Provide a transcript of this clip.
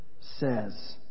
says